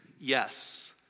yes